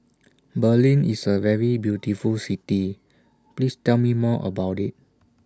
Berlin IS A very beautiful City Please Tell Me More about IT